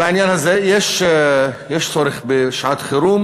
בעניין הזה יש צורך בשעת-חירום,